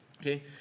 okay